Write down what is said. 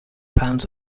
pounds